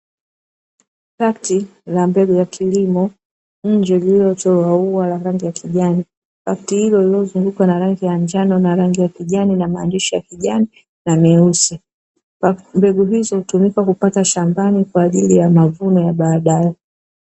Pakti la mbegu ya kilimo, nje lililochorwa ua la rangi ya kijani, pakti hilo lililozungukwa na rangi ya njano na rangi ya kijani na maandishi ya kijani na meusi. Mbegu hizo hutumika kupata shambani Kwa ajili ya mavuno ya baadae.